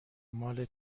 مال